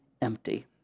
empty